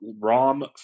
Rom